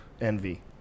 envy